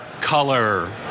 color